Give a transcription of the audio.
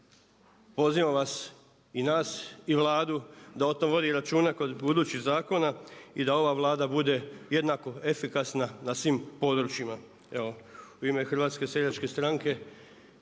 Pozivam vas i nas i Vladu da o tom vodi računa kod budućih zakona i da ova Vlada bude jednako efikasna na svim područjima. Evo u ime Hrvatske seljačke stranke